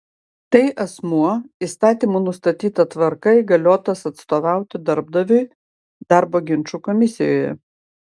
tai asmuo įstatymų nustatyta tvarka įgaliotas atstovauti darbdaviui darbo ginčų komisijoje